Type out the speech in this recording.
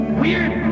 weird